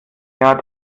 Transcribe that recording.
jahr